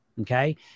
okay